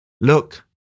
Look